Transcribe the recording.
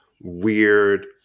weird